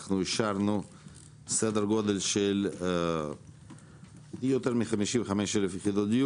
אנחנו אישרנו סדר גודל יותר מ-55 אלף יחידות.